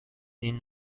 این